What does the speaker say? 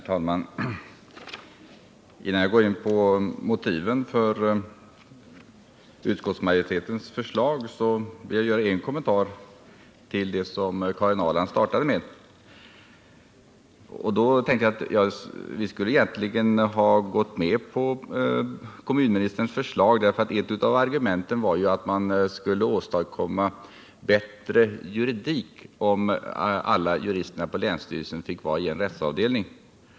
Herr talman! Innan jag går in på motiven för utskottsmajoritetens förslag vill jag göra en kommentar till det som Karin Ahrland inledde sitt anförande med. Vi borde egentligen ha gått med på kommunministerns förslag. Ett av argumenten för detta var nämligen att man skulle åstadkomma bättre juridisk kompetens, om alla jurister på länsstyrelserna fick vara i en rättsavdelning.